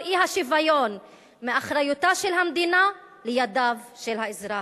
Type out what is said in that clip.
האי-שוויון מאחריותה של המדינה לידיו של האזרח.